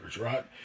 Right